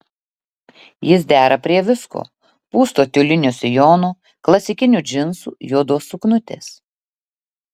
jis dera prie visko pūsto tiulinio sijono klasikinių džinsų juodos suknutės